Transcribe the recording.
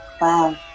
wow